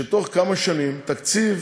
בתוך כמה שנים תקציב